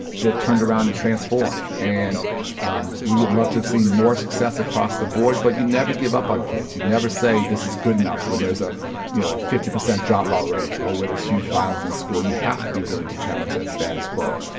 that turned around and transformed. and um we would love to have seen more success across the board, but you never give up on kids. you never say this is good enough when there's a you know a fifty percent dropout rate or where there's huge violence in school. you have to be willing to challenge that status quo.